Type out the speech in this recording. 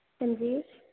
हां जी